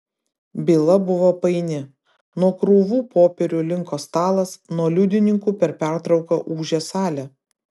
byla buvo paini nuo krūvų popierių linko stalas nuo liudininkų per pertrauką ūžė salė